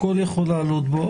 הכל יכול לעלות בו,